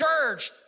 church